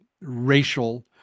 racial